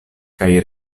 kaj